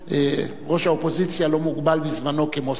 ראש האופוזיציה לא מוגבל בזמנו, כמו שר.